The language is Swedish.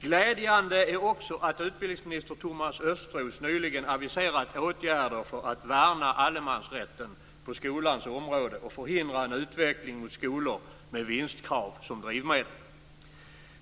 Glädjande är också att utbildningsminister Thomas Östros nyligen har aviserat åtgärder för att värna allemansrätten på skolans område och förhindra en utveckling mot skolor med vinstkrav som drivmedel.